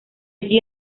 allí